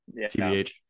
Tbh